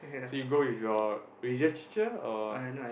so you go with your religious teacher or